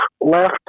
left